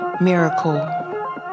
miracle